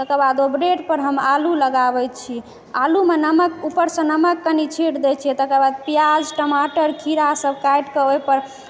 तकर बाद ओहि ब्रेडपर हम आलू लगाबै छी आलूमे नमक उपरसँ नमक कनि छिट दै छियै तकर बाद प्याज टमाटर खीरा सब काटिकऽ ओहिपर